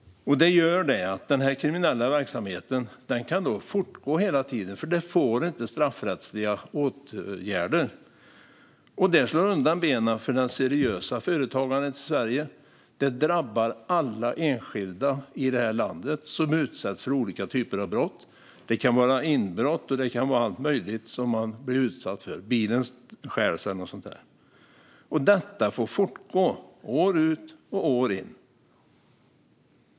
Detta gör att den kriminella verksamheten hela tiden kan fortgå, för det blir inga straffrättsliga åtgärder. Det slår undan benen för det seriösa företagandet i Sverige, och det drabbar alla enskilda i det här landet som utsätts för olika typer av brott. Det kan vara inbrott, och det kan vara allt möjligt som man blir utsatt för. Bilen kanske stjäls eller något sådant. Detta får fortgå år ut och år in.